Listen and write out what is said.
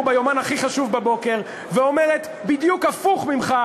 ביומן הכי חשוב בבוקר ואומרת בדיוק הפוך ממך,